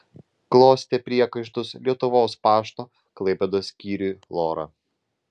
klostė priekaištus lietuvos pašto klaipėdos skyriui lora